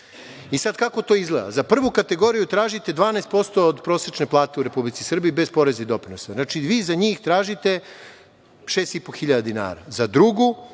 to sad izgleda? Za prvu kategoriju tražite 12% od prosečne plate u Republici Srbiji bez poreza i doprinosa, znači, vi za njih tražite 6.500,00 dinara; za drugu